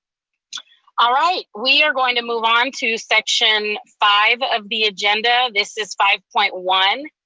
all right, we are going to move on to section five of the agenda. this is five point one.